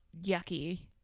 yucky